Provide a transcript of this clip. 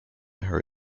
her